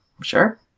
sure